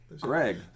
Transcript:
Greg